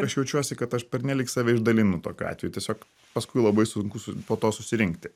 aš jaučiuosi kad aš pernelyg save išdalinu tokiu atveju tiesiog paskui labai sunku po to susirinkti